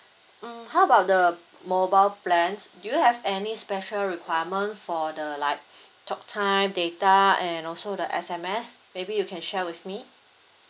mm how about the mobile plans do you have any special requirement for the like talk time data and also the S_M_S maybe you can share with me